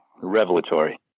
revelatory